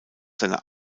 seiner